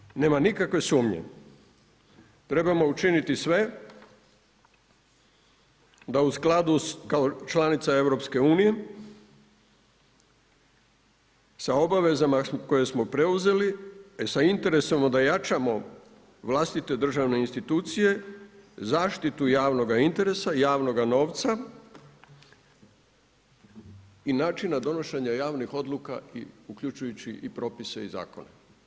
Dakle, mi nema nikakve sumnje, trebamo učiniti sve da u skladu kao članica EU sa obavezama koje smo preuzeli i sa interesom da jačamo vlastite državne institucije, zaštitu javnoga interesa, javnoga novca i načina donošenja javnih odluka i uključujući i propise i zakone.